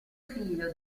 figlio